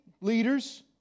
leaders